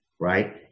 Right